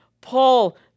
Paul